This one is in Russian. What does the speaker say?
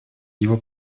его